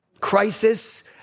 crisis